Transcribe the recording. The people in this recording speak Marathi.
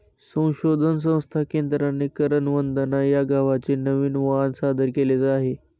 संशोधन संस्था केंद्राने करण वंदना या गव्हाचे नवीन वाण सादर केले आहे